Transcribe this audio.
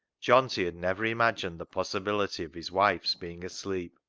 johnty had never imagined the possibility of his wife's being asleep,